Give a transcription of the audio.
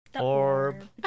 orb